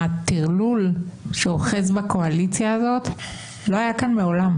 הטרלול שאוחז בקואליציה הזאת לא היה כאן מעולם.